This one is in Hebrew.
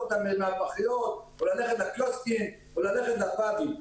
אותם או ללכת לקיוסקים או ללכת לפאבים.